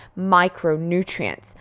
micronutrients